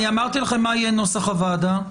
אמרתי לכם מה יהיה נוסח הוועדה.